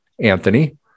Anthony